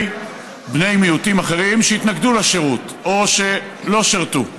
בני מיעוטים אחרים שהתנגדו לשירות או שלא שירתו.